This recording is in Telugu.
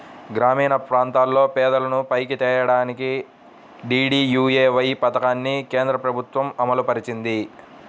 గ్రామీణప్రాంతాల్లో పేదలను పైకి తేడానికి డీడీయూఏవై పథకాన్ని కేంద్రప్రభుత్వం అమలుపరిచింది